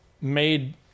made